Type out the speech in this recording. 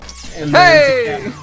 Hey